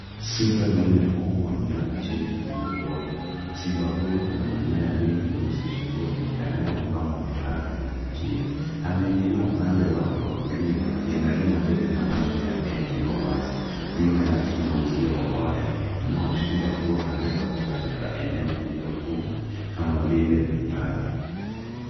Simba dume mkubwa amelala chini kwenye udongo. Simba huyo ana manyoya mengi meusi shingoni yanayompa muonekano wa kuvutia. Ameegemea upande wake wa kulia akiangalia mbele na macho yake yakiwa wazi. Nyuma yake kuna uzio wa waya unaoashiria kuwa anaweza kuwa katika eneo lililofungwa kama vile hifadhi.